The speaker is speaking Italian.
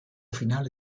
finale